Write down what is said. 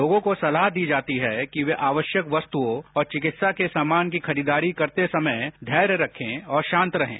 लोगों को सलाह दी जाती है कि वे आवश्यक वस्तुओं और चिकित्सा के सामान की खरीदारी करते समय धैर्य रखें और शांत रहें